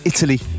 Italy